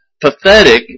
pathetic